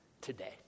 today